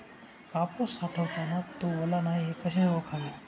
कापूस साठवताना तो ओला नाही हे कसे ओळखावे?